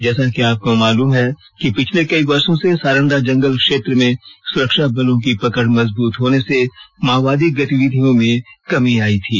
जैसा कि आपको मालूम है कि पिछले कई वर्षों से सारंडा जंगल क्षेत्र में सुरक्षा बलों की पकड़ मजबूत होने से माओवादी गतिविधियों में कमी आयी थी